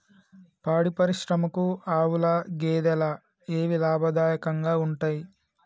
పాడి పరిశ్రమకు ఆవుల, గేదెల ఏవి లాభదాయకంగా ఉంటయ్?